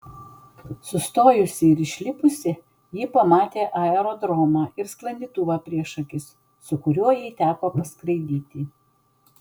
sustojusi ir išlipusi ji pamatė aerodromą ir sklandytuvą prieš akis su kuriuo jai teko paskraidyti